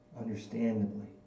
understandably